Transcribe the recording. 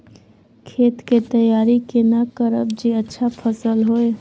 खेत के तैयारी केना करब जे अच्छा फसल होय?